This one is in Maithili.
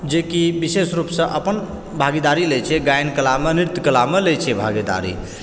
जे कि विशेष रूपसऽ अपन भागीदारी लै छै गायन कलामऽ नृत्य कलामऽ लै छै भागीदारी